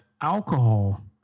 alcohol